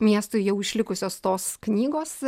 miestui jau išlikusios tos knygos